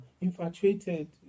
infatuated